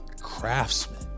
craftsman